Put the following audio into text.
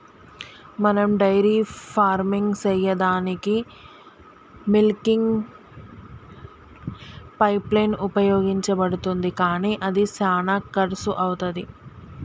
మనం dairy farming సెయ్యదానికీ milking pipeline ఉపయోగించబడుతుంది కానీ అది శానా కర్శు అవుతది